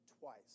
twice